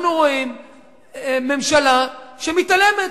אנחנו רואים ממשלה שמתעלמת,